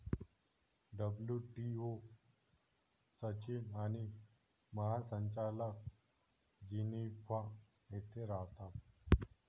WTO सचिव आणि महासंचालक जिनिव्हा येथे राहतात